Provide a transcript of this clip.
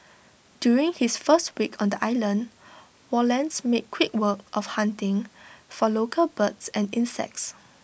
during his first week on the island Wallace made quick work of hunting for local birds and insects